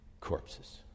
corpses